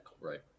right